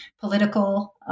political